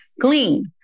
glean